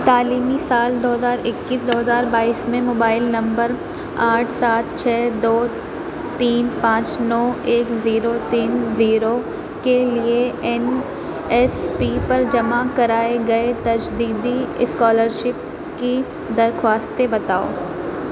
تعلیمی سال دو ہزار اکیس دو ہزار بائیس میں موبائل نمبر آٹھ سات چھ دو تین پانچ نو ایک زیرو تین زیرو کے لیے این ایس پی پر جمع کرائے گئے تجدیدی اسکالرشپ کی درخواستیں بتاؤ